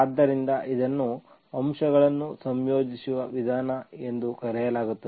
ಆದ್ದರಿಂದ ಇದನ್ನು ಅಂಶಗಳನ್ನು ಸಂಯೋಜಿಸುವ ವಿಧಾನ ಎಂದು ಕರೆಯಲಾಗುತ್ತದೆ